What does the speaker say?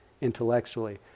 intellectually